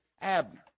Abner